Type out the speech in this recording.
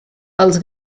els